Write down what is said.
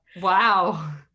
Wow